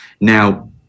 Now